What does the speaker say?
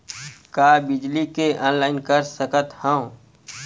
का बिजली के ऑनलाइन कर सकत हव?